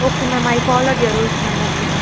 okay ma'am I follow the your rules ma'am okay ma'am